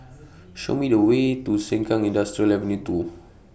Show Me The Way to Sengkang Industrial Ave two